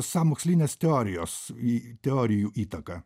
sąmokslenes teorijos teorijų įtaka